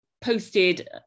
posted